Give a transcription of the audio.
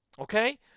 Okay